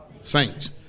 Saints